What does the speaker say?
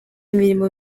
imirimo